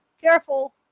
careful